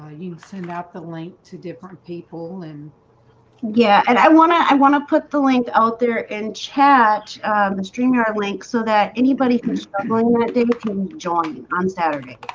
ah you send out the link to different people and yeah, and i want to i want to put the link out there and chat the stream you are linked so that anybody who's doing? that day became joining on saturday,